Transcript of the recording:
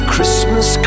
Christmas